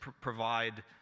provide